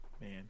Man